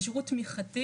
זה שירות סוציאלי,